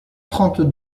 trente